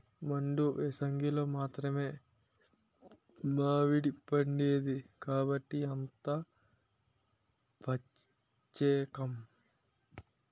మండు ఏసంగిలో మాత్రమే మావిడిపండేది కాబట్టే అంత పచ్చేకం